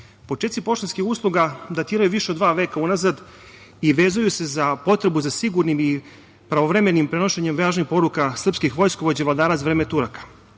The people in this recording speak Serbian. zemlje. Počeci poštanskih usluga datiraju više od dva veka unazad i vezuju se za potrebu za sigurnim i pravovremenim prenošenjem važnih poruka srpskih vojskovođa i vladara za vreme Turaka. Godine